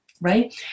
right